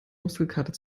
muskelkater